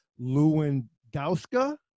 Lewandowska